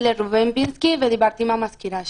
לראובן פינסקי ודיברתי עם המזכירה שלו.